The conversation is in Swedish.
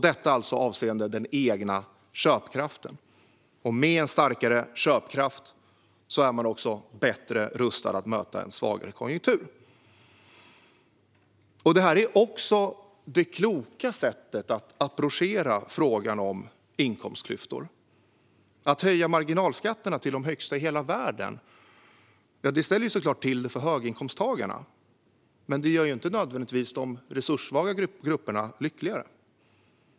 Detta avseende den egna köpkraften, och med starkare köpkraft är man bättre rustad att möta en svagare konjunktur. Det här är också det kloka sättet att approchera frågan om inkomstklyftor. Att höja marginalskatterna till de högsta i hela världen ställer såklart till det för höginkomsttagarna, men det gör inte nödvändigtvis de resurssvaga grupperna lyckligare.